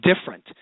different